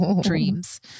dreams